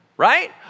Right